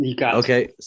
Okay